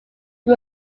who